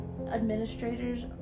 administrators